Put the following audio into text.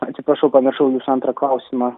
atsiprašau pamiršau jūsų antrą klausimą